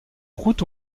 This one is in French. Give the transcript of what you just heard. routes